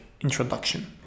introduction